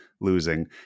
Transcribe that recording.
losing